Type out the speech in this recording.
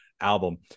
album